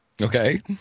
Okay